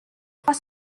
trois